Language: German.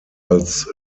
als